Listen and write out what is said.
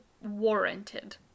warranted